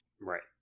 Right